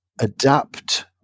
adapt